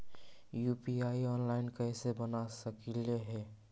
UPI online कैसे बना सकली हे?